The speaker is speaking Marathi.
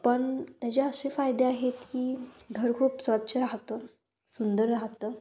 पण त्या ज्या असे फायदे आहेत की घर खूप स्वच्छ रहातं सुंदर रहातं